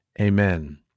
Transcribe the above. Amen